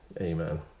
amen